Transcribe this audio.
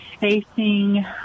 facing